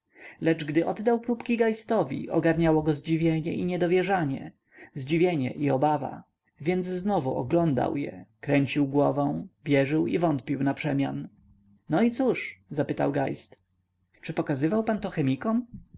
lecz gdy oddał próbki geistowi ogarniało go zdziwienie i niedowierzanie zdziwienie i obawa więc znowu oglądał je kręcił głową wierzył i wątpił naprzemian no i cóż zapytał geist czy pokazywał pan